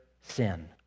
sin